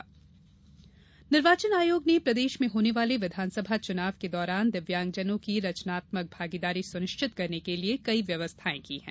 दिव्यांग निर्वाचन निर्वाचन आयोग ने प्रदेश में होने वाले विधानसभा चुनाव के दौरान दिव्यांगजनों की रचनात्मक भागीदारी सुनिश्चित करने के लिए कई व्यवस्थाएं की हैं